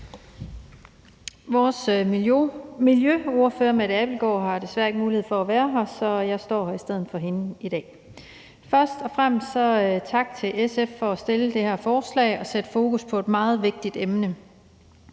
Vores miljøordfører, Mette Abildgaard, har desværre ikke mulighed for at være her, så jeg står her i stedet for hende i dag. Først og fremmest tak til SF for at fremsætte det her forslag og sætte fokus på et meget vigtigt emne.